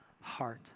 heart